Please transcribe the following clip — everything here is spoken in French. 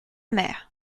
mère